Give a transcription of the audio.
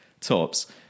tops